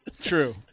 True